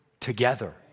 Together